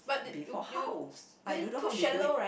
before how I don't know how they do it